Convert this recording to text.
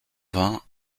vingts